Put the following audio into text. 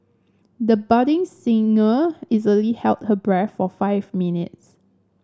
the budding singer easily held her breath for five minutes